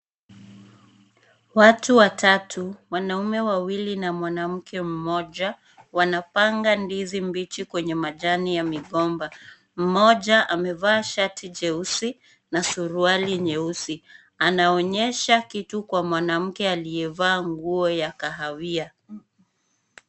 Watu watatu wanaume wawili na mwanamke mmoja wanapanga ndizi mbichi kwenye majani ya migomba. Mmoja amevaa shati jeusi na suruali nyeusi. Anaonyesha kitu kwa mwanamke aliyevaa nguo ya kahawia.